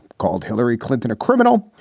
called hillary clinton a criminal.